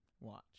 Watch